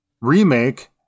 remake